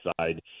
side